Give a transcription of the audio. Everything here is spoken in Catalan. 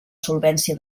solvència